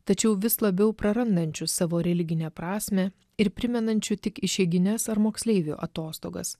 tačiau vis labiau prarandančių savo religinę prasmę ir primenančių tik išeigines ar moksleivių atostogas